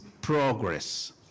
Progress